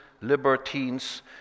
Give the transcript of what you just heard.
libertines